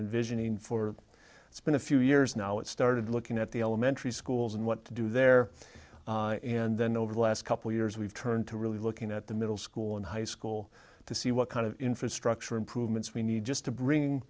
and visioning for it's been a few years now it started looking at the elementary schools and what to do there and then over the last couple years we've turned to really looking at the middle school and high school to see what kind of infrastructure improvements we need just to bring